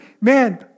man